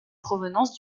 provenance